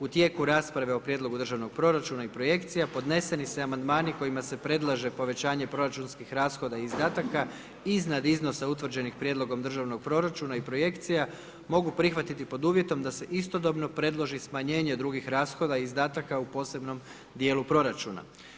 U tijeku rasprave o Prijedlogu državnog proračuna i projekcija, podneseni se amandmani kojima se predlaže povećanje proračunskih rashoda i izdataka, iznad iznosa utvrđenih Prijedlogom državnog proračuna i projekcija, mogu prihvatiti pod uvjetom da se istodobno predloži smanjenje drugih rashoda i izdataka u posebnom dijelu proračuna.